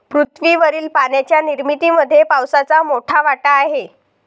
पृथ्वीवरील पाण्याच्या निर्मितीमध्ये पावसाचा मोठा वाटा आहे